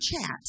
chat